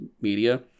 media